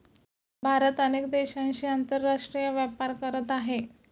भारत अनेक देशांशी आंतरराष्ट्रीय व्यापार करत आहे